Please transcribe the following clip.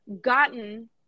gotten